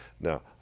Now